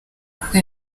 kuko